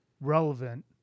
relevant